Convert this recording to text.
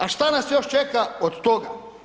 A šta nas još čeka od toga?